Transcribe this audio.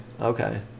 Okay